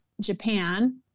Japan